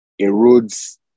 erodes